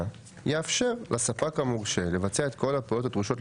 יאפשר לספק המורשה לבצע את כל הפעולות הדרושות,